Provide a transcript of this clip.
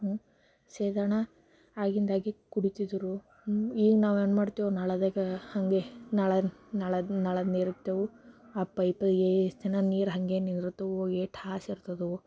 ಸೇದೋಣ ಆಗಿಂದಾಗ್ಲೇ ಕುಡೀತಿದ್ರು ಈಗ ನಾವೇನು ಮಾಡ್ತೀವಿ ನಾಳೆದಾಗ ಹಾಗೆ ನಾಳೆ ನಾಳೆ ನಾಳೆ ನೀರು ಇಡ್ತೇವೆ ಆ ಪೈಪ್ಗೆ ಎಷ್ಟು ಜನ ನೀರು ಹಂಗೇನು ಇರುತ್ತೋ ಏಟು ಹಾಸಿ ಇರ್ತದೋ